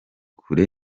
kure